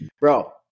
Bro